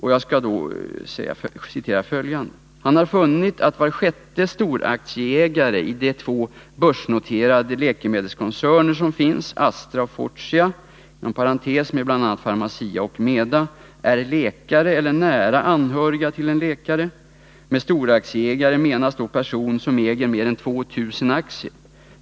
”Han har funnit att var sjätte storaktieägare i de två börsnoterade läkemedelskoncerner som finns, Astra och Fortia , är läkare eller nära anhöriga till läkare. Med storaktieägare menas då person som äger mer än 2 000 aktier.